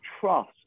trust